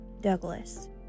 Douglas